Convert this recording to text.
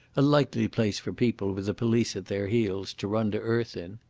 a likely place for people with the police at their heels to run to earth in.